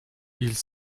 ils